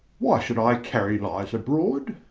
why should i carry lies abroad?